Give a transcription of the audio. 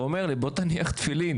ואומר לי בוא תניח תפילין.